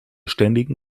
ständigen